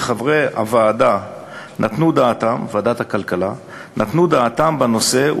וחברי ועדת הכלכלה נתנו דעתם בנושא,